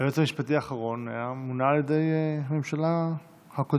היועץ המשפטי האחרון מונה על ידי הממשלה הקודמת-קודמת.